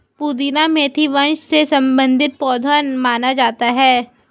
पुदीना मेंथा वंश से संबंधित पौधा माना जाता है